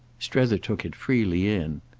strether took it freely in.